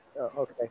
Okay